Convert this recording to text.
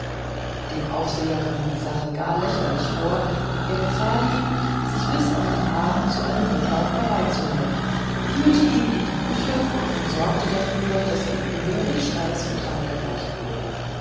dem aufseher kam die sache gar lächerlich vor er befahl ihm sich bis auf den abend zu einem wettlauf bereit zu halten führte ihn in die küche und sorgte dafür daß ihm gehörig speis und trank gereicht wurde